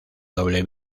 doble